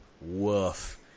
Woof